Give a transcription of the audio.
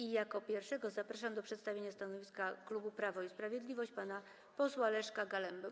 I jako pierwszego zapraszam do przedstawienia stanowiska klubu Prawo i Sprawiedliwość pana posła Leszka Galembę.